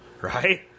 right